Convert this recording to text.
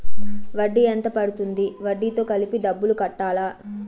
వడ్డీ ఎంత పడ్తుంది? వడ్డీ తో కలిపి డబ్బులు కట్టాలా?